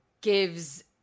gives